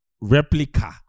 Replica